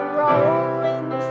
rolling